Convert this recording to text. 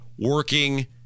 working